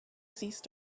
ceased